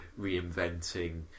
reinventing